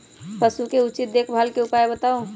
पशु के उचित देखभाल के उपाय बताऊ?